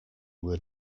were